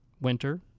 winter